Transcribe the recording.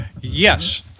Yes